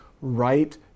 right